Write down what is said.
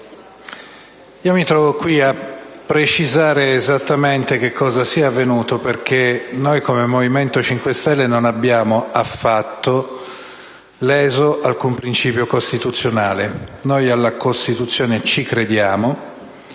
io mi trovo qui a precisare esattamente cosa sia avvenuto, perché noi del Movimento 5 Stelle non abbiamo affatto leso alcun principio costituzionale. Noi alla Costituzione ci crediamo,